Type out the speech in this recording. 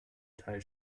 teil